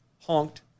honked